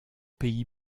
pays